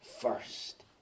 first